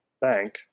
Bank